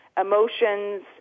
emotions